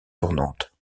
tournante